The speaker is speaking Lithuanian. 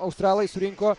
australai surinko